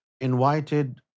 invited